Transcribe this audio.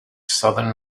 southern